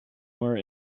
more